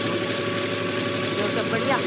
हा ॿियो सभु बढ़िया